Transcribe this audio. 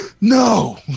No